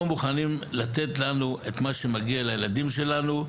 מוכנים לתת לנו את מה שמגיע לילדים שלנו,